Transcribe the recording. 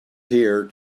here